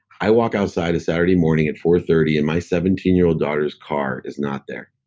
i walk outside a saturday morning at four thirty, and my seventeen year old daughter's car is not there.